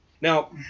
Now